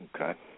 Okay